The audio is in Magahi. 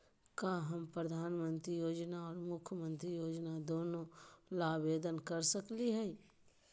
का हम प्रधानमंत्री योजना और मुख्यमंत्री योजना दोनों ला आवेदन कर सकली हई?